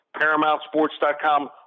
ParamountSports.com